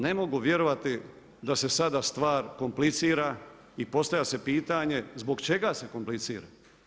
Ne mogu vjerovati da se sada stvar komplicira i postavlja se pitanje zbog čega se komplicira.